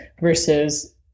versus